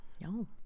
No